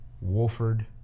Wolford